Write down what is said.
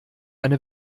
eine